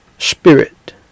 spirit